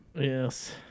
Yes